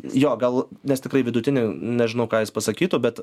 jo gal nes tikrai vidutinį nežinau ką jis pasakytų bet